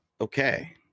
Okay